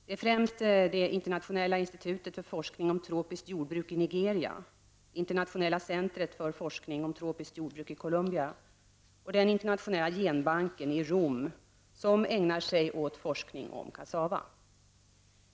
Det är främst det internationella institutet för forskning om tropiskt jordbruk i Nigeria, det internationella centret för forskning om tropiskt jordbruk i Colombia och den internationella genbanken i Rom som ägnar sig åt forskning om kassava.